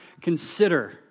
consider